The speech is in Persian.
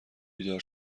بیدار